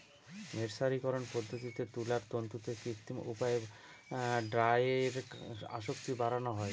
মের্সারিকরন পদ্ধতিতে তুলার তন্তুতে কৃত্রিম উপায়ে ডাইয়ের আসক্তি বাড়ানো হয়